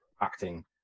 acting